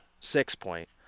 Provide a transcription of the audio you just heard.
six-point